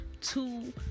two